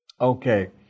okay